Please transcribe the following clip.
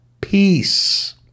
peace